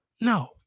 no